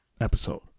episode